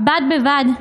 בד בבד,